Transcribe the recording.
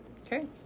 Okay